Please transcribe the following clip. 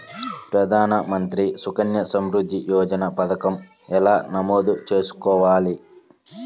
ప్రధాన మంత్రి సుకన్య సంవృద్ధి యోజన పథకం ఎలా నమోదు చేసుకోవాలీ?